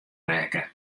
rekke